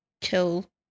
kill